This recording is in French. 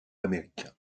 américains